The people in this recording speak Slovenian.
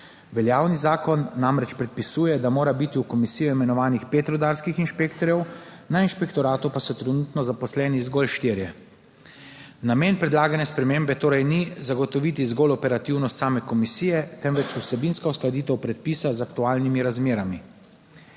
Veljavni zakon namreč predpisuje, da mora biti v komisijo imenovanih pet rudarskih inšpektorjev, na inšpektoratu pa so trenutno zaposleni zgolj štirje. Namen predlagane spremembe torej ni zagotoviti zgolj operativnost same komisije, temveč vsebinska uskladitev predpisa z aktualnimi razmerami.